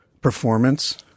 performance